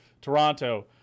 Toronto